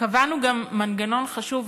קבענו גם מנגנון חשוב,